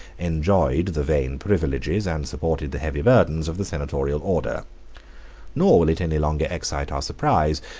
enjoyed the vain privileges, and supported the heavy burdens, of the senatorial order nor will it any longer excite our surprise,